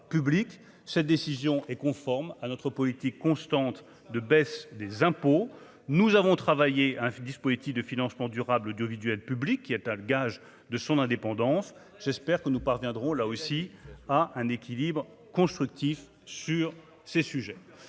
cette décision est conforme à notre politique constante de baisse des impôts, nous avons travaillé, un dispositif de financement durable audiovisuel public qui est un gage de son indépendance, j'espère que nous parviendrons là aussi à un équilibre constructif sur ces sujets,